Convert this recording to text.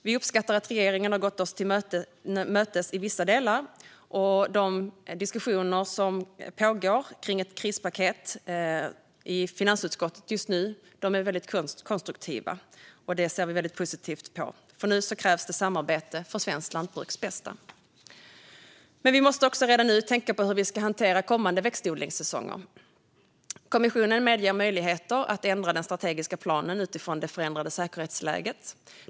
Vi uppskattar att regeringen har gått oss till mötes i vissa delar, och de diskussioner kring ett krispaket som just nu pågår i finansutskottet är konstruktiva. Det ser vi väldigt positivt på, för nu krävs det samarbete för svenskt lantbruks bästa. Men vi måste också redan nu tänka på hur vi ska hantera kommande växtodlingssäsonger. Kommissionen medger möjligheter att ändra den strategiska planen utifrån det förändrade säkerhetsläget.